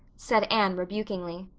said anne rebukingly.